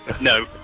No